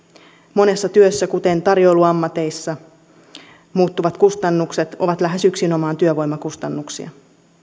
monessa työssä kuten tarjoiluammateissa muuttuvat kustannukset ovat lähes yksinomaan työvoimakustannuksia